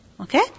Okay